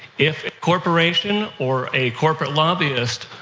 if a corporation or a corporate lobbyist,